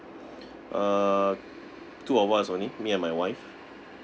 uh two of us only me and my wife